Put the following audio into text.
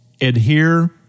adhere